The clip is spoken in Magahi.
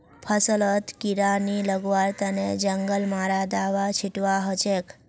फसलत कीड़ा नी लगवार तने जंगल मारा दाबा छिटवा हछेक